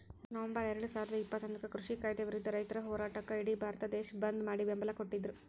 November ಎರಡುಸಾವಿರದ ಇಪ್ಪತ್ತೊಂದಕ್ಕ ಕೃಷಿ ಕಾಯ್ದೆ ವಿರುದ್ಧ ರೈತರ ಹೋರಾಟಕ್ಕ ಇಡಿ ಭಾರತ ದೇಶ ಬಂದ್ ಮಾಡಿ ಬೆಂಬಲ ಕೊಟ್ಟಿದ್ರು